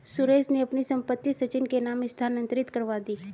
सुरेश ने अपनी संपत्ति सचिन के नाम स्थानांतरित करवा दी